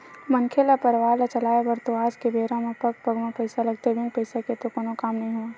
मनखे ल परवार ल चलाय बर तो आज के बेरा म पग पग म पइसा लगथे बिन पइसा के तो कोनो काम नइ होवय